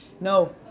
no